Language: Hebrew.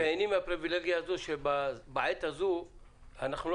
תיהני מהפריבילגיה הזו שבעת הזו אנחנו לא